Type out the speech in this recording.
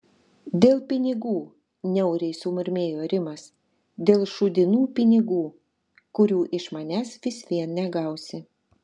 dėl pinigų niauriai sumurmėjo rimas dėl šūdinų pinigų kurių iš manęs vis vien negausi